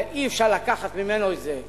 ואי-אפשר לקחת ממנו את זה,